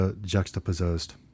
juxtaposed